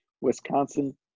Wisconsin